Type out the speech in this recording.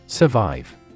Survive